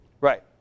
Right